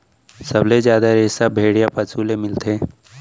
सबले जादा रेसा भेड़िया पसु ले मिलथे